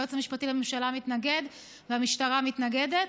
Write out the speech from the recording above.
היועץ המשפטי לממשלה מתנגד והמשטרה מתנגדת,